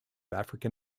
african